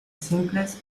simples